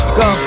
go